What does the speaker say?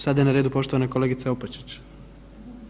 Sada je na redu poštovana kolegica Opačić.